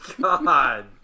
God